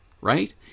right